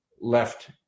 left